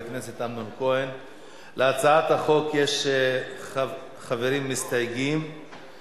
אמנון, נראה לי ששכנעת אותם.